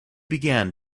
began